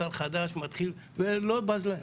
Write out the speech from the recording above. שר חדש ולא בז להם,